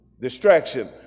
Distraction